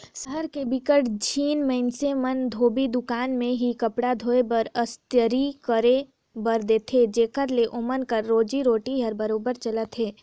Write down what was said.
सहर के बिकट झिन मइनसे मन ह धोबी दुकान में ही कपड़ा धोए बर, अस्तरी करे बर देथे जेखर ले ओमन कर रोजी रोटी हर बरोबेर चलथे